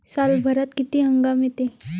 सालभरात किती हंगाम येते?